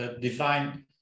design